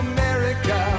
America